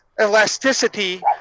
elasticity